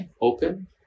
Open